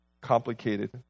complicated